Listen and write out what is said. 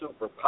superpower